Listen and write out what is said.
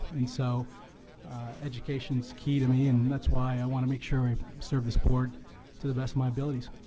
and so education is key to me. and that's why i want to make sure i serve this board to the best of my abilities.